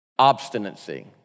Obstinacy